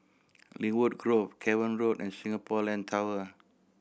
Lynwood Grove Cavan Road and Singapore Land Tower